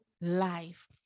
life